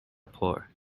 poor